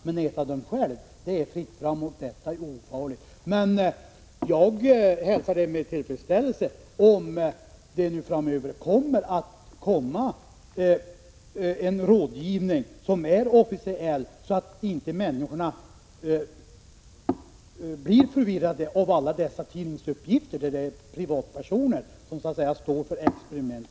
Det är alltså fritt fram och ofarligt att äta dem själv! Jag hälsar med tillfredsställelse om det framöver kommer en rådgivning som är officiell, så att inte människorna blir förvirrade av alla dessa tidningsuppgifter om privatpersoner som står för olika experiment.